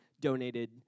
donated